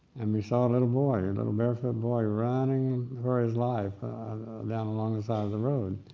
and we saw a little boy, and a little bare foot boy, running for his life down along the side of the road,